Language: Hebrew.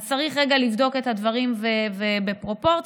צריך רגע לבדוק את הדברים, ובפרופורציות.